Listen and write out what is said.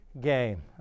game